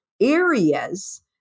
areas